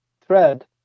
thread